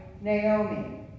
Naomi